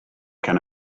can